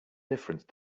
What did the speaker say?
difference